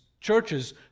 churches